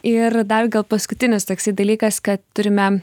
ir dar gal paskutinis toksai dalykas kad turime